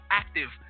active